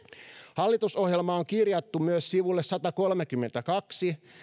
hallitusohjelmaan on kirjattu myös sivulle satakolmekymmentäkaksi